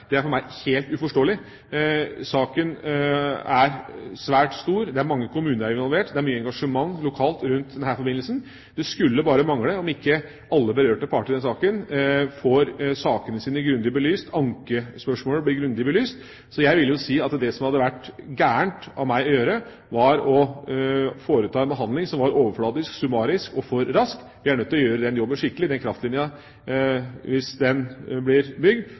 er for meg helt uforståelig. Saken er svært stor, det er mange kommuner involvert, det er mye engasjement lokalt rundt denne forbindelsen. Det skulle bare mangle om ikke alle berørte parter i denne saken får ankespørsmålene grundig belyst. Så jeg vil jo si at det det hadde vært galt av meg å gjøre, var å foreta en behandling som var overfladisk, summarisk og for rask. Vi er nødt til å gjøre den jobben skikkelig. Kraftlinjen – hvis den blir bygd